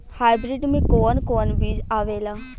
Hybrid में कोवन कोवन बीज आवेला?